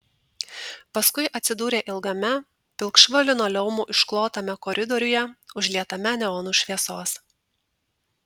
paskui atsidūrė ilgame pilkšvu linoleumu išklotame koridoriuje užlietame neonų šviesos